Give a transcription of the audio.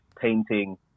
painting